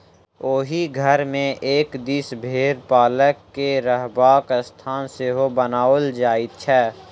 ओहि घर मे एक दिस भेंड़ पालक के रहबाक स्थान सेहो बनाओल जाइत छै